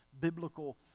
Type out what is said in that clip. biblical